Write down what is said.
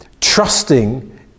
trusting